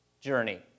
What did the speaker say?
journey